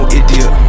idiot